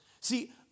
See